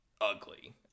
ugly